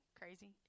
crazy